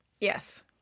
Yes